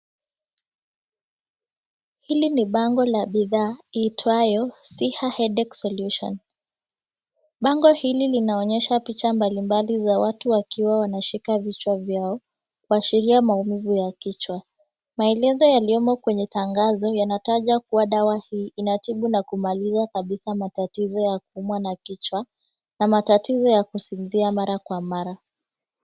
Hili ni bango la bidhaa iliitwayo, Siha Headache Solution. Bango hili linaonyesha picha mbalimbali za watu wakiwa wanashika vichwa vyao, kuashiria maumivu ya kichwa. Maelezo yaliyomo kwenye tangazo yanataja kuwa dawa hii inatibu na kumaliza kabisa matatizo ya kuumwa na kichwa na matatizo ya kusinzia mara kwa mara.